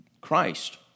christ